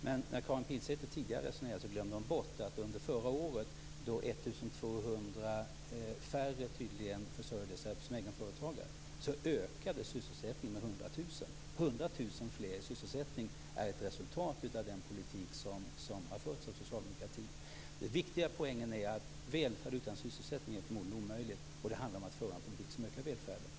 Men Karin Pilsäter glömde bort att sysselsättningen under förra året, då 1 200 färre tydligen försörjde sig som egna företagare, ökade med 100 000. 100 000 fler i sysselsättning är ett resultat av den politik som har förts av socialdemokratin. Den viktiga poängen är alltså att välfärd utan sysselsättning förmodligen är omöjlig. Och det handlar om att föra en politik som ökar välfärden.